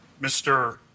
Mr